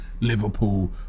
Liverpool